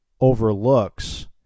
overlooks